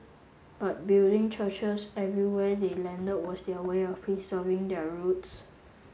but building churches everywhere they landed was their way of preserving their roots